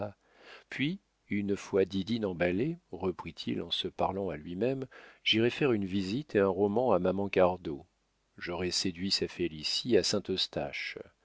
puis une fois didine emballée reprit-il en se parlant à lui-même j'irai faire une visite et un roman à maman cardot j'aurai séduit sa félicie à saint-eustache